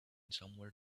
somewhere